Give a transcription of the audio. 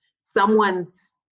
someone's